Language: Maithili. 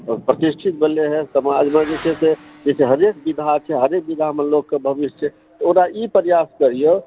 प्रतिष्ठित भेलै हँ समाजमे जे छै से हरेक विधा छै हरेक विधामे लोककेँ भविष्य छै ओकरा ई प्रयास करिऔ